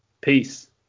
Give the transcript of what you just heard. Peace